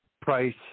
price